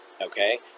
okay